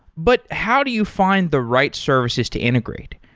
but how do you find the right services to integrate?